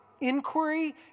inquiry